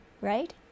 right